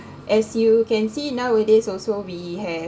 as you can see nowadays also we have